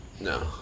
No